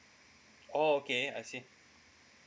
oh okay I see